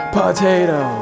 potato